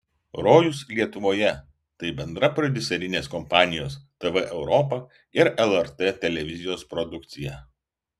rojus lietuvoje tai bendra prodiuserinės kompanijos tv europa ir lrt televizijos produkcija